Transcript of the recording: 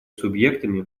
субъектами